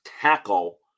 tackle